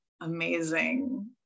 amazing